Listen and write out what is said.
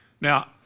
Now